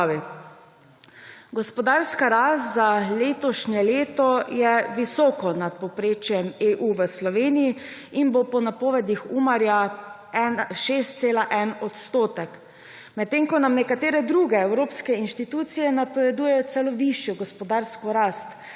Gospodarska rast za letošnje leto je visoko nad povprečjem EU v Sloveniji in bo po napovedih Umarja 6,1 %, medtem ko nam nekatere druge evropske inštitucije napoveduje celo višjo gospodarsko rast,